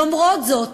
למרות זאת,